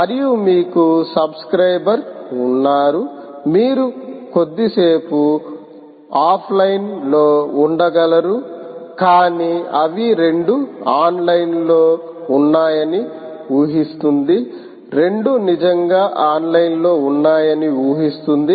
మరియు మీకు సబ్స్కృబర్ ఉన్నారు మీరు కొద్దిసేపు ఆఫ్లైన్లో ఉండగలరు కాన్నీ అవి రెండూ ఆన్లైన్లో ఉన్నాయని ఉహిస్తుంది రెండూ నిజంగా ఆన్లైన్లో ఉన్నాయని ఉహిస్తుంది